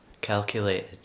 calculated